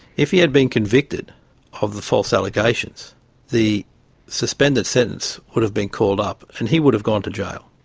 if he had been convicted of the false allegations the suspended sentence would have been called up and he would have gone to jail,